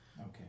Okay